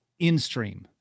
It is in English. Instream